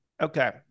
okay